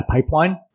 pipeline